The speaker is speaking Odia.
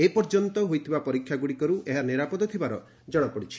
ଏ ପର୍ଯ୍ୟନ୍ତ ହୋଇଥିବା ପରୀକ୍ଷାଗୁଡ଼ିକରୁ ଏହା ନିରାପଦ ଥିବାର ଜଣାପଡ଼ି ଛି